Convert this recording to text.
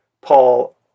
Paul